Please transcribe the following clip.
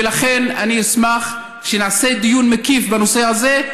ולכן אני אשמח שנעשה דיון מקיף בנושא הזה,